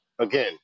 Again